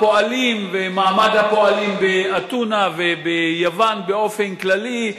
הפועלים ומעמד הפועלים באתונה וביוון באופן כללי,